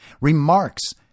remarks